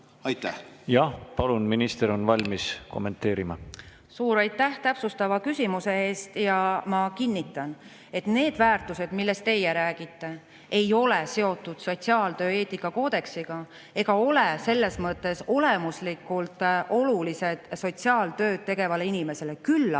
Jah, palun! Minister on valmis kommenteerima. Suur aitäh täpsustava küsimuse eest! Ma kinnitan, et need väärtused, millest teie räägite, ei ole seotud sotsiaaltöö eetikakoodeksiga ega ole selles mõttes olemuslikult olulised sotsiaaltööd tegevale inimesele. Küll